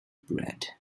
bread